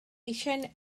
eisiau